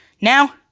Now